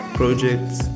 projects